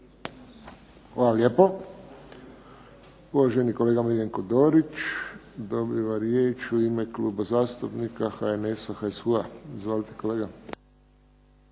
Hvala lijepo. Uvaženi kolega Miljenko Dorić dobiva riječ u ime Kluba zastupnika HNS-a, HSU-a. Izvolite kolega.